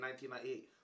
1998